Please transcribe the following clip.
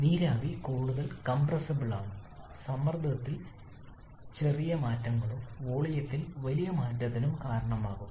ഇപ്പോൾ നീരാവി കൂടുതൽ കംപ്രസ്സബിൾ ആണ് സമ്മർദ്ദത്തിൽ ചെറിയ മാറ്റങ്ങളും വോളിയത്തിൽ വലിയ മാറ്റത്തിന് കാരണമാകും